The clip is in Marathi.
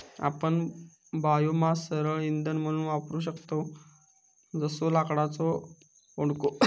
आपण बायोमास सरळ इंधन म्हणून वापरू शकतव जसो लाकडाचो ओंडको